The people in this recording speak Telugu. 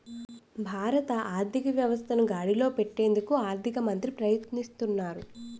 భారత ఆర్థిక వ్యవస్థను గాడిలో పెట్టేందుకు ఆర్థిక మంత్రి ప్రయత్నిస్తారు